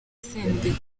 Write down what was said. senderi